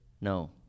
no